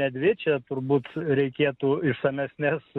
netgi čia turbūt reikėtų išsamesnės